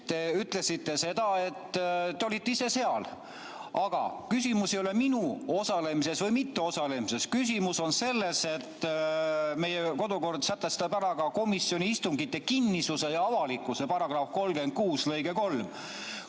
Te ütlesite: te olite ise seal. Aga küsimus ei ole minu osalemises või mitteosalemises. Küsimus on selles, et meie kodukord sätestab ära ka komisjoni istungite kinnisuse ja avalikkuse. Paragrahvi 36 lõige 3: